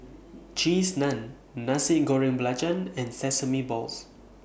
Cheese Naan Nasi Goreng Belacan and Sesame Balls